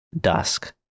dusk